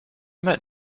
met